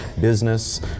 business